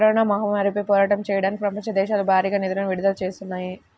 corona మహమ్మారిపై పోరాటం చెయ్యడానికి ప్రపంచ దేశాలు భారీగా నిధులను విడుదల చేత్తన్నాయి